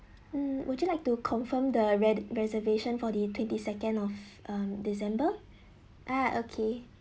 um would you like to confirm the re~ reservation for the twenty second of um december uh okay